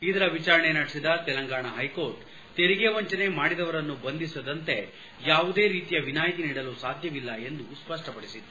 ಇದರ ವಿಚಾರಣೆ ನಡೆಸಿದ ತೆಲಂಗಾಣ ಹೈಕೋರ್ಟ್ ತೆರಿಗೆ ವಂಚನೆ ಮಾಡಿದವರನ್ನು ಬಂಧಿಸದಂತೆ ಯಾವುದೇ ರೀತಿಯ ವಿನಾಯಿತಿ ನೀಡಲು ಸಾಧ್ಯವಿಲ್ಲ ಎಂದು ಸ್ಪಷ್ಟಪಡಿಸಿತ್ತು